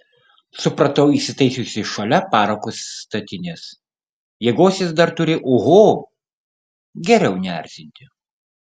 supratau įsitaisiusi šalia parako statinės jėgos jis dar turi oho geriau neerzinti